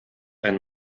ein